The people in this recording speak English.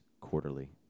quarterly